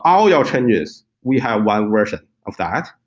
all your changes we have one version of that.